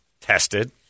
tested